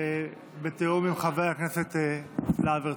בתיאום עם חבר הכנסת להב הרצנו.